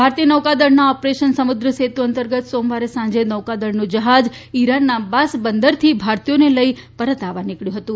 ભારતીય નૌકાદળના ઓપરેશન સમુદ્ર સેતુ અંતર્ગત સોમવારે સાંજે નૌકાદળનું જહાજ ઇરાનના અબ્બાસ બંદરથી ભારતીયોને લઇ પરત આવવા નિકબ્યું હતું